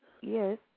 Yes